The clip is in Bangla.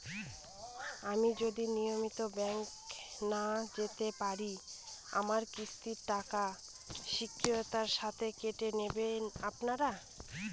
আমি যদি নিয়মিত ব্যংকে না যেতে পারি আমার কিস্তির টাকা স্বকীয়তার সাথে কেটে নেবেন আপনারা?